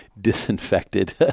disinfected